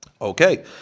Okay